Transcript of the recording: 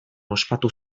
ospatu